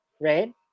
right